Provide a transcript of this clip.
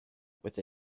with